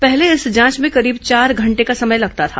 पहले इस जांच में करीब चार घंटे का समय लगता था